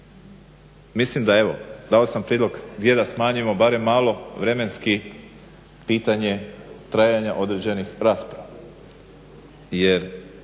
mislim da evo dao sam prijedlog gdje da smanjimo barem malo vremenski pitanje trajanja određenih rasprava